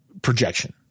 Projection